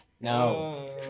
No